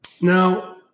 Now